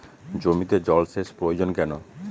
জমিতে জল সেচ প্রয়োজন কেন?